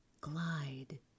glide